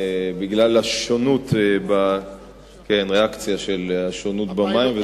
בגלל הריאקציה של השונות במים.